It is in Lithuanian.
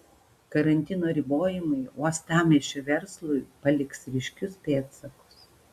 karantino ribojimai uostamiesčio verslui paliks ryškius pėdsakus